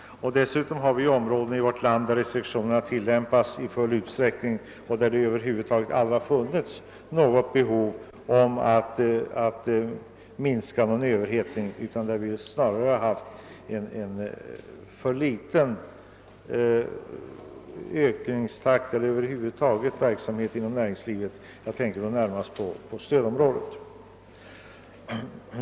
Dessutom finns det områden i vårt land där det över huvud taget aldrig förelegat risk för överhettning och därför inte heller något behov av kreditrestriktioner men där sådana tillämpats i full utsträckning. Snarare har där ökningstakten inom näringslivet varit för låg. Jag tänker närmast på allmänna stödområdet.